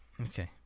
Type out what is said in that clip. Okay